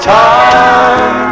time